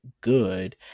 good